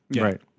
Right